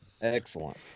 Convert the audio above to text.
Excellent